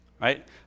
right